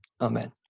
Amen